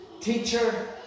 Teacher